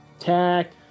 Attack